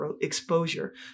exposure